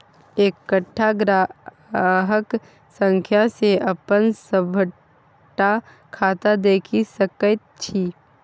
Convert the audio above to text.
एकटा ग्राहक संख्या सँ अपन सभटा खाता देखि सकैत छी